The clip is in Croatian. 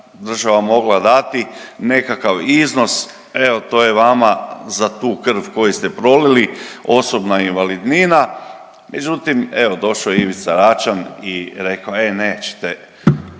država mogla dati nekakav iznos, evo, to je vama za tu krv koju ste prolili, osobna invalidnina, međutim, evo, došao je Ivica Račan i rekao, e nećete,